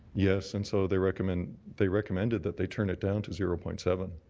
yes, and so they recommended they recommended that they turn it down to zero point seven.